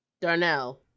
Darnell